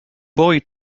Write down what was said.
boy